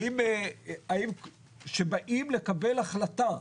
האם שבאים לקבל החלטה,